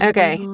Okay